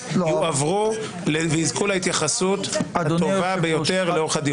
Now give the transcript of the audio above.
יועברו ויזכו להתייחסות הטובה ביותר לאורך הדיון.